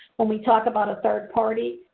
and we talked about a third party,